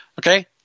Okay